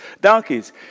donkeys